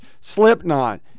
slipknot